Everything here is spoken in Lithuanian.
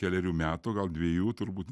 kelerių metų gal dviejų turbūt